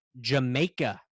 Jamaica